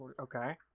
Okay